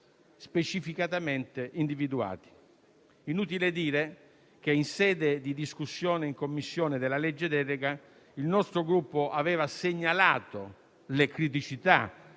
specificatamente individuati. Inutile dire che in sede di discussione in Commissione del disegno di legge delega il nostro Gruppo aveva segnalato le criticità